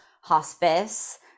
hospice